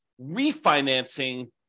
refinancing